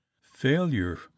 failure